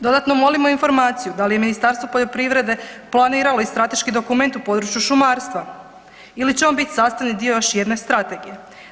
Dodatno molimo informaciju da li je Ministarstvo poljoprivrede planiralo i strateški dokument u području šumarstva ili će on biti sastavni dio još jedne strategije.